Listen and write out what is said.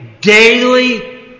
daily